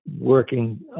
working